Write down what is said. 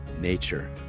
nature